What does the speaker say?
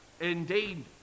indeed